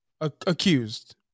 accused